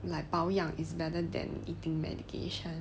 like 保养 is better than eating medication